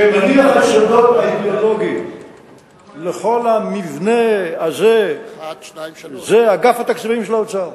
מניח היסודות האידיאולוגיים לכל המבנה הזה זה אגף התקציבים של האוצר,